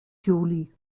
juli